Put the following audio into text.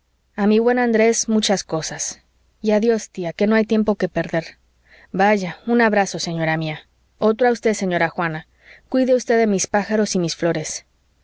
a mi buen andrés muchas cosas y adiós tía que no hay tiempo que perder vaya un abrazo señora mía otro a usted señora juana cuide usted de mis pájaros y mis flores